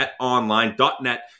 BetOnline.net